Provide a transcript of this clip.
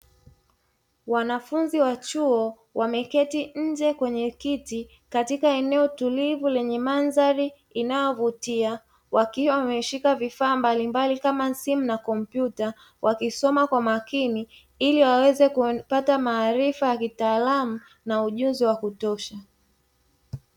Wanafunzi wa chuo wameketi nje kwenye kiti katika eneo tulivu lenye mandhari inayovutia, wakiwa wameshika vifaa mbalimbali kama simu na kompyuta, wakisoma kwa makini ili waweze kupata maarifa ya kitaalamu na ujuzi wa kutosha.